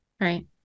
Right